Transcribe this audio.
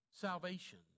Salvation